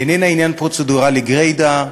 איננה עניין פרוצדורלי גרידא,